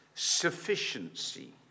sufficiency